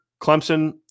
Clemson